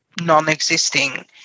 non-existing